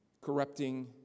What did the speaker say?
corrupting